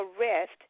arrest